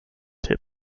tip